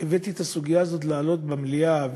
את הסוגיה הזאת במליאה,